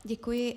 Děkuji.